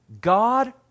God